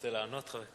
חבר הכנסת